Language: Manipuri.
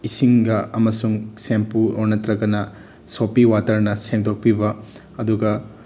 ꯏꯁꯤꯡꯒ ꯑꯃꯁꯨꯡ ꯁꯦꯝꯄꯨ ꯑꯣꯔ ꯅꯠꯇ꯭ꯔꯒꯅ ꯁꯣꯞꯄꯤ ꯋꯥꯇꯔꯅ ꯁꯦꯡꯗꯣꯛꯄꯤꯕ ꯑꯗꯨꯒ